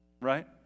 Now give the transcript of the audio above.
right